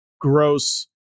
gross